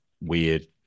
weird